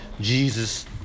Jesus